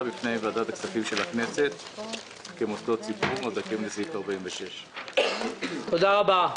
בפני ועדת הכספים של הכנסת כמוסדות ציבור לעניין סעיף 46. תודה רבה.